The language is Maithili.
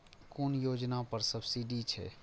कुन योजना पर सब्सिडी छै?